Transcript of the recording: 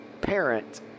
parent